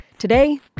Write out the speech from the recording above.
Today